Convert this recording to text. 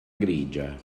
grigia